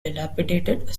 dilapidated